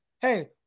hey